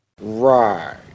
Right